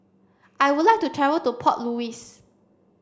I would like to travel to Port Louis